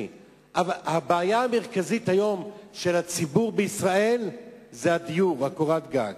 הבעיה המרכזית של הציבור בישראל היום היא קורת-גג.